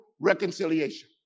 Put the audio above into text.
reconciliation